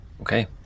okay